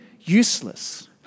useless